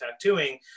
tattooing